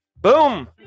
Boom